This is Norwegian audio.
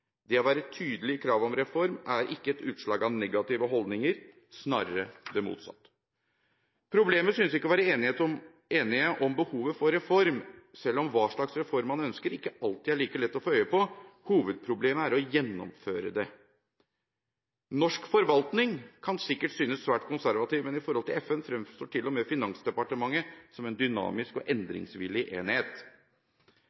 Det å være tydelig i kravet om reform er ikke et utslag av negative holdninger, snarere det motsatte. Problemet synes ikke å være enighet om behovet for reform, selv om hva slags reform man ønsker, ikke alltid er like lett å få øye på. Hovedproblemet er å gjennomføre det. Norsk forvaltning kan sikkert synes svært konservativ, men i forhold til FN fremstår til og med Finansdepartementet som en dynamisk og